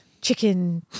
chicken